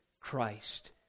Christ